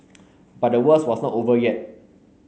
but the worst was not over yet